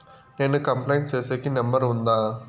నేను కంప్లైంట్ సేసేకి నెంబర్ ఉందా?